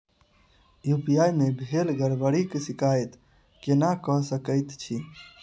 UPI मे भेल गड़बड़ीक शिकायत केना कऽ सकैत छी?